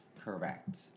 correct